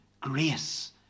grace